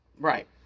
Right